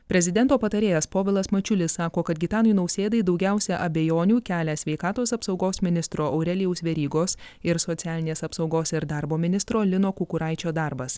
prezidento patarėjas povilas mačiulis sako kad gitanui nausėdai daugiausia abejonių kelia sveikatos apsaugos ministro aurelijaus verygos ir socialinės apsaugos ir darbo ministro lino kukuraičio darbas